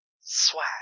Swag